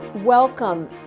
Welcome